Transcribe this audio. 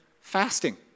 fasting